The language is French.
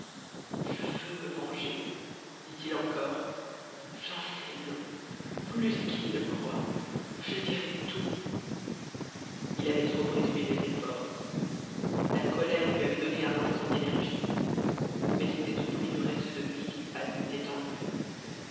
je veux me venger dit-il encore j'en sais long plus qu'il ne croit je dirai tout il avait trop présumé de ses forces la colère lui avait donné un instant d'énergie mais c'était au prix du reste de vie qui palpitait en lui